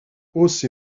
hausse